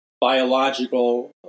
biological